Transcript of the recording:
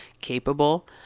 capable